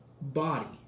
body